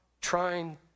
trying